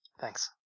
Thanks